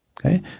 Okay